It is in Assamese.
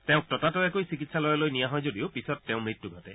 তেওঁক ততাতৈয়াকৈ চিকিৎসালয়লৈ নিয়া হয় যদিও পিছত তেওঁৰ মৃত্যু ঘটে